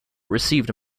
received